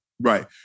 Right